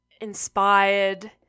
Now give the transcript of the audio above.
inspired